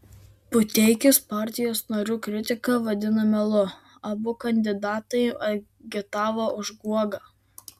puteikis partijos narių kritiką vadina melu abu kandidatai agitavo už guogą